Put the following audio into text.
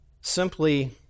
simply